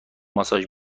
ماساژ